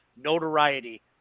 notoriety